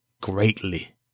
greatly